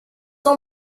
ans